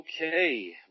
Okay